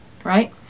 right